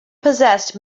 possessed